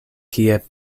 kie